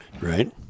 Right